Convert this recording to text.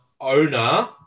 owner